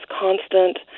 constant